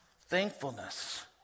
Thankfulness